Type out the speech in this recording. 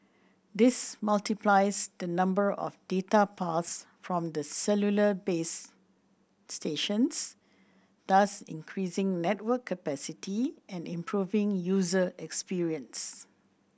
this multiplies the number of data paths from the cellular base stations thus increasing network capacity and improving user experience